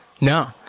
No